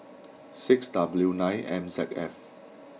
six W nine M Z F